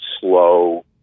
slow